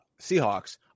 Seahawks